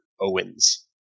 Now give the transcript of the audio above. Owens